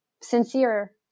sincere